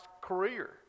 career